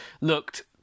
looked